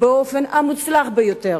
באופן המוצלח ביותר,